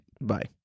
Bye